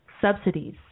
subsidies